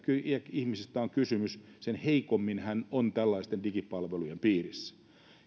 ihmisestä on kysymys sen heikommin hän on tällaisten digipalvelujen piirissä